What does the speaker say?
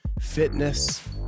fitness